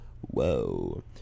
Whoa